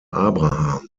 abraham